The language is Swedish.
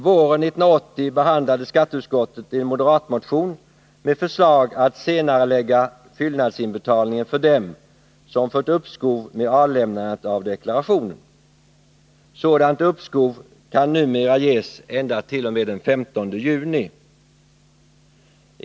Våren 1980 behandlade skatteutskottet en moderatmotion med förslag att senarelägga fyllnadsinbetalningen för dem som fått uppskov med avlämnandet av deklarationen. Sådant uppskov kan numera ges ända t.o.m. den 15 juni.